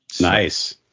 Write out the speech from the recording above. Nice